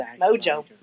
Mojo